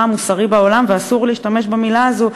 המוסרי בעולם ואסור להשתמש במילה הזאת.